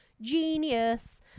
genius